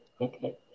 okay